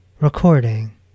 recording